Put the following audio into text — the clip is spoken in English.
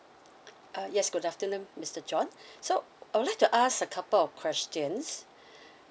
uh yes good afternoon mister john so I would like to ask a couple of questions